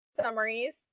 summaries